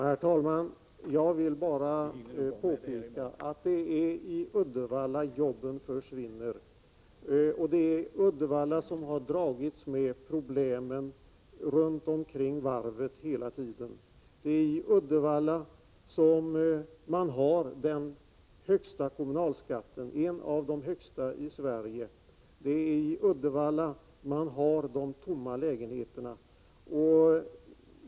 Herr talman! Jag vill bara påpeka att det är i Uddevalla som jobben försvinner. Det är Uddevalla som hela tiden har dragits med problemen kring varvet. Det är i Uddevalla som man har den högsta kommunalskatten, en av de högsta i Sverige. Det är i Uddevalla som man har de tomma lägenheterna.